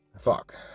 Fuck